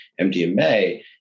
MDMA